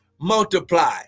multiply